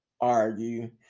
argue